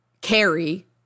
carry